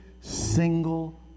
single